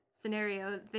scenario